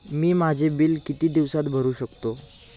मी माझे बिल किती दिवसांत भरू शकतो?